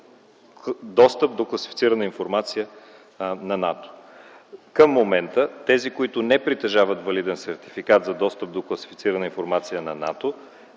достъп до класифицирана информация на НАТО. Към момента тези, които не притежават валиден сертификат за достъп до класифицирана информация на НАТО